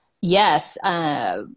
Yes